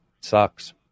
sucks